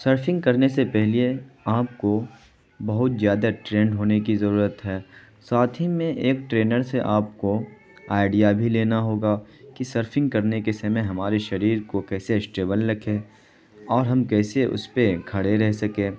surfing کرنے سے پہلے آپ کو بہت زیادہ ٹرینڈ ہونے کی ضرورت ہے ساتھ ہی میں ایک ٹرینر سے آپ کو آئیڈیا بھی لینا ہوگا کہ سرفنگ کرنے کے سمے ہمارے شریر کو کیسے اسٹیبل رکھیں اور ہم کیسے اس پہ کھڑے رہ سکیں